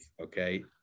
Okay